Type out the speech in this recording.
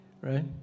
right